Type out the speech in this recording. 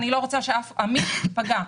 אני לא רוצה שאף עמית ייפגע.